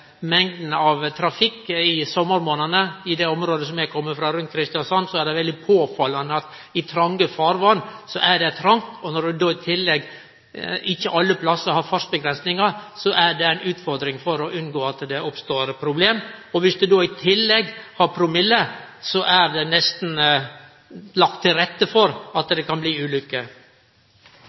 mengda trafikk i sommarmånadene. I det området eg kjem frå, rundt Kristiansand, er det tronge farvatn, og når det i tillegg ikkje alle plassar er fartsavgrensingar, er det ei utfordring å unngå at det oppstår problem. Om ein da i tillegg har promille, er det nesten lagt til rette for at det kan skje ulykker.